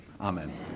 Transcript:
Amen